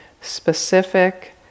specific